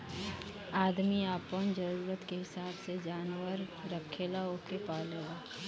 आदमी आपन जरूरत के हिसाब से जानवर रखेला ओके पालेला